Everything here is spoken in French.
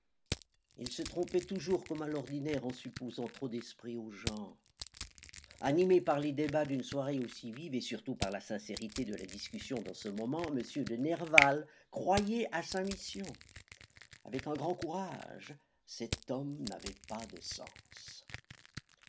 il se trompait toujours comme à l'ordinaire en supposant trop d'esprit aux gens animé par les débats d'une soirée aussi vive et surtout par la sincérité de la discussion dans ce moment m de nerval croyait à sa mission avec un grand courage cet homme n'avait pas de sens